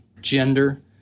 gender